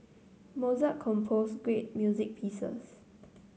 Mozart composed great music pieces